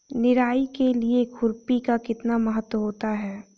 निराई के लिए खुरपी का कितना महत्व होता है?